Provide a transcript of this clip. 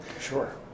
Sure